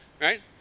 right